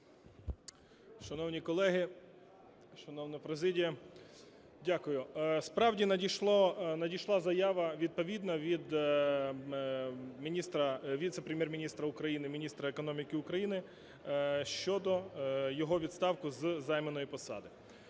Шановні колеги, шановна президія! Дякую. Справді, надійшла заява відповідна від віце-прем'єр-міністра України – Міністра економіки України щодо його відставки з займаної посади.